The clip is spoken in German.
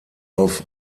auf